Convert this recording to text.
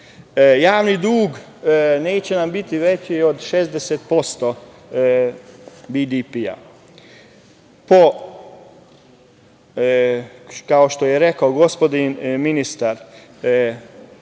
Javni dug neće nam biti veći od 60% BDP-a. Kao što je rekao gospodin ministar,